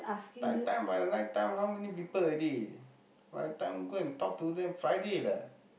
night time by the night time how many people already by the time go and talk to them Friday lah